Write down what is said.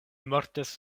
mortis